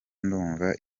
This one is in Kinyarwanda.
ndumva